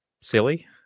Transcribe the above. silly